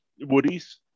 Woody's